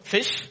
Fish